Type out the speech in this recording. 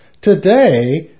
Today